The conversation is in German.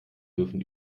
dürfen